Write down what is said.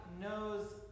knows